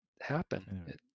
happen